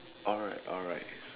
alright alright